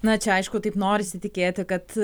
na čia aišku taip norisi tikėti kad